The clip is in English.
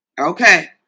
Okay